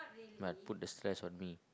what put the stress on me